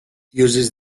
uses